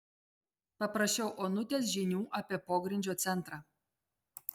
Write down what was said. paprašiau onutės žinių apie pogrindžio centrą